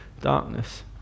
darkness